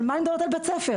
מה אני מדברת על בית ספר.